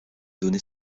donné